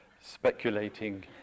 speculating